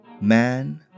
man